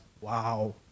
Wow